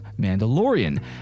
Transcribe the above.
Mandalorian